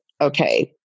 okay